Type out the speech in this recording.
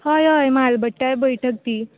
हय हय म्हालभटय बैठक बी